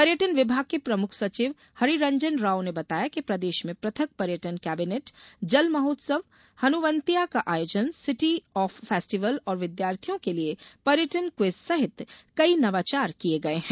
पर्यटन विभाग के प्रमुख सचिव हरिरंजन राव ने बताया कि प्रदेश में पृथक पर्यटन कैबिनेट जल महोत्सव हनुवंतिया का आयोजनसिटी ऑफ फैस्टिवल और विद्यार्थियों के लिये पर्यटन क्विज सहित कई नवाचार किये गये है